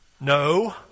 No